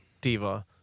diva